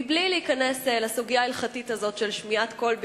מבלי להיכנס לסוגיה ההלכתית הזאת של שמיעת קול אשה,